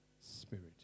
spirit